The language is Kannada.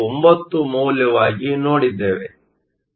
9 ಮೌಲ್ಯವಾಗಿ ನೋಡಿದ್ದೇವೆ